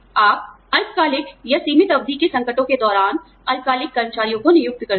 आप अल्पकालिक या सीमित अवधि के संकटों के दौरान अल्पकालिक कर्मचारियों को नियुक्त करते हैं